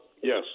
yes